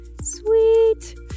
Sweet